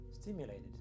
stimulated